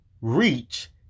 reach